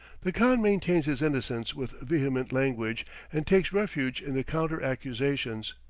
the khan maintains his innocence with vehement language and takes refuge in counter-accusations.